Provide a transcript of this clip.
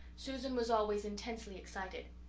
susan was always intensely excited.